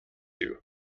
you